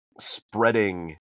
spreading